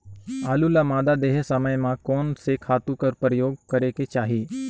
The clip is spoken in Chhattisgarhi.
आलू ल मादा देहे समय म कोन से खातु कर प्रयोग करेके चाही?